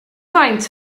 faint